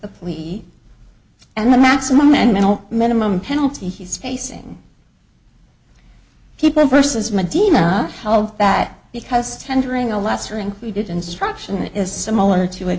wheat and the maximum and minimal minimum penalty he's facing people versus medina held back because tendering a lesser included instruction is similar to